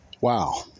Wow